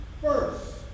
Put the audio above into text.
first